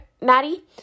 Maddie